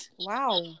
Wow